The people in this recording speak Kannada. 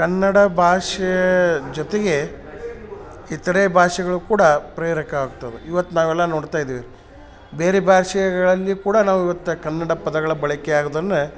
ಕನ್ನಡ ಭಾಷೆ ಜೊತೆಗೆ ಇತರೆ ಭಾಷೆಗಳು ಕೂಡ ಪ್ರೇರಕವಾಗ್ತದೆ ಇವತ್ತು ನಾವೆಲ್ಲ ನೋಡ್ತಾಯಿದ್ದೇವೆ ಬೇರೆ ಭಾಷೆಗಳಲ್ಲಿ ಕೂಡ ನಾವು ಇವತ್ತು ಕನ್ನಡ ಪದಗಳ ಬಳಕೆ ಆಗುದನ್ನ